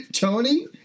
Tony